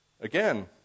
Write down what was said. Again